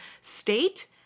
state